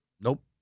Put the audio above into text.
Nope